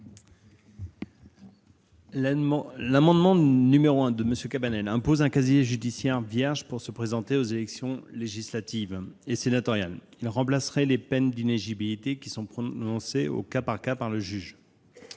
L'amendement n° 1 rectifié de M. Cabanel tend à imposer un casier judiciaire vierge pour se présenter aux élections législatives et sénatoriales. Cela remplacerait donc les peines d'inéligibilité qui sont prononcées au cas par cas par le juge.